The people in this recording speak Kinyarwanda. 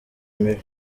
mibi